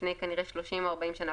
לפני כנראה 30 או 40 שנה,